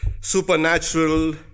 supernatural